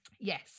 Yes